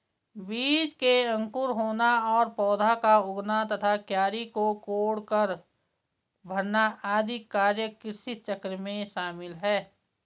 बीज में अंकुर होना और पौधा का उगना तथा क्यारी को कोड़कर भरना आदि कार्य कृषिचक्र में शामिल है